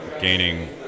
gaining